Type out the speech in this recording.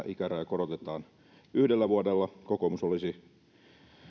ikärajaa korotetaan yhdellä vuodella kokoomus olisi